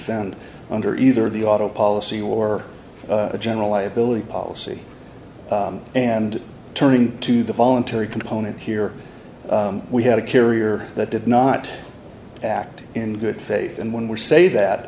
defend under either the auto policy or a general liability policy and turning to the voluntary component here we had a carrier that did not act in good faith and when we say that